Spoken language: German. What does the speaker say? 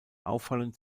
auffallend